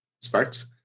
Sparks